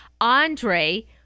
Andre